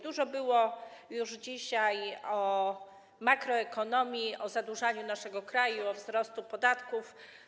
Dużo było już dzisiaj o makroekonomii, o zadłużaniu naszego kraju, o wzroście podatków.